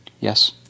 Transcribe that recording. Yes